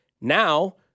Now